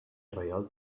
reial